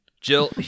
Jill